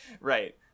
right